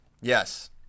Yes